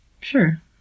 Sure